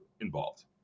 involved